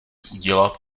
udělat